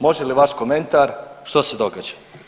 Može li vaš komentar što se događa?